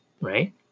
right